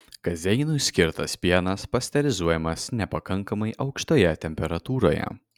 kazeinui skirtas pienas pasterizuojamas nepakankamai aukštoje temperatūroje